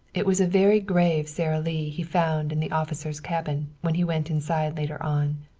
it was a very grave sara lee he found in the officer's cabin when he went inside later on.